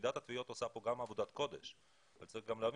ועידת התביעות עושה כאן עבודת קודש וצריך להבין